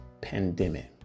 pandemic